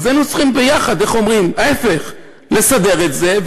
אז היינו צריכים ביחד לסדר את זה,